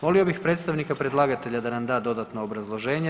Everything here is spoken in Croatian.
Molio bih predstavnika predlagatelja da nam da dodatno obrazloženje.